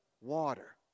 Water